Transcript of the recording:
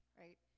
right